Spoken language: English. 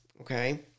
okay